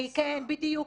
כן, בדיוק.